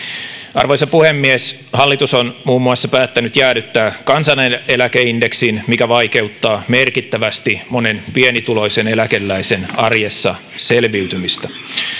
arvoisa puhemies hallitus on muun muassa päättänyt jäädyttää kansaneläkeindeksin mikä vaikeuttaa merkittävästi monen pienituloisen eläkeläisen arjessa selviytymistä